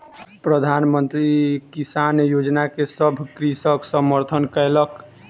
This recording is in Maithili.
प्रधान मंत्री किसान योजना के सभ कृषक समर्थन कयलक